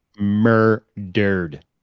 murdered